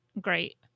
great